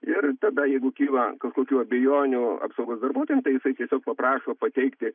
ir tada jeigu kyla kokių abejonių apsaugos darbuotojam tai jisai tiesiog paprašo pateikti